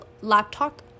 laptop